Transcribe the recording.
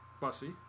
Bussy